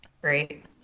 Great